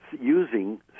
using